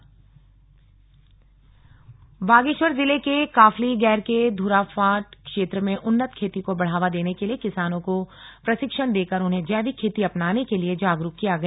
किसानों को प्रशिक्षण बागेश्वर जिले के काफलीगैर के ध्राफाट क्षेत्र में उन्नत खेती को बढ़ावा देने के लिए किसानों को प्रशिक्षण देकर उन्हें जैविक खेती अपनाने के लिए जागरुक किया गया